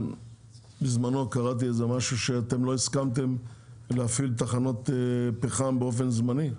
בזמנו קראתי משהו שאתם בנגה לא הסכמתם להפעיל תחנות פחם באופן זמני?